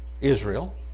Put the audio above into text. Israel